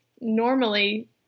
normally